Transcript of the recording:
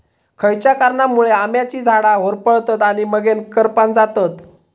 खयच्या कारणांमुळे आम्याची झाडा होरपळतत आणि मगेन करपान जातत?